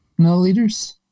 milliliters